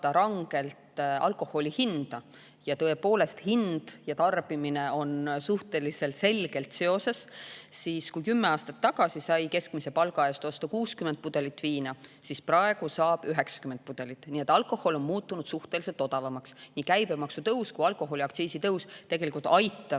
rangelt alkoholi hinda – ja tõepoolest, hind ja tarbimine on suhteliselt selgelt seoses –, siis kümme aastat tagasi sai keskmise palga eest osta 60 pudelit viina, aga praegu saab 90 pudelit. Nii et alkohol on muutunud suhteliselt odavamaks. Nii käibemaksu tõus kui ka alkoholiaktsiisi tõus aitavad